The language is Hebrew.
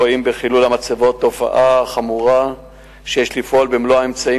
רואים בחילול המצבות תופעה חמורה שיש לפעול במלוא האמצעים